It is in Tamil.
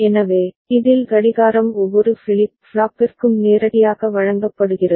எனவே இதில் கடிகாரம் ஒவ்வொரு ஃபிளிப் ஃப்ளாப்பிற்கும் நேரடியாக வழங்கப்படுகிறது